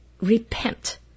repent